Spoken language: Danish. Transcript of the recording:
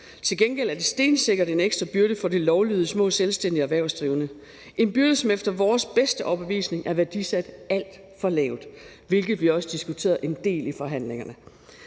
Til gengæld er det stensikkert en ekstra byrde for de lovlydige små selvstændigt erhvervsdrivende, en byrde, som efter vores bedste overbevisning er værdisat alt for lavt, hvilket vi også diskuterede en del i forhandlingerne.